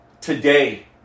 today